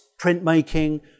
printmaking